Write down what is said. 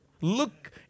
Look